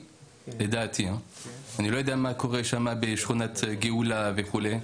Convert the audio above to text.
אני לא יודע מה קורה בשכונת גאולה וכו'.